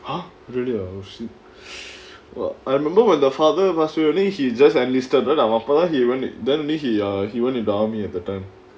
!huh! really ah oh shit !wah! I remember when the father passed away he just enlisted then அவன் அப்போ தான்:avan appo thaan then he he uh he went to the army at the time